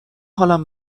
حالم